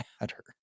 matter